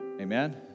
Amen